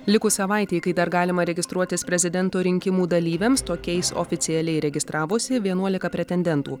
likus savaitei kai dar galima registruotis prezidento rinkimų dalyviams tokiais oficialiai registravosi vienuolika pretendentų